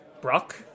Brock